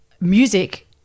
music